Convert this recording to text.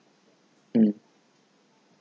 mm